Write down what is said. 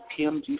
PMG